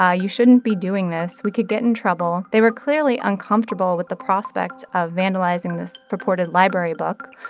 ah you shouldn't be doing this. we could get in trouble. they were clearly uncomfortable with the prospect of vandalizing this purported library book,